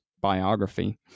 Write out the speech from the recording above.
biography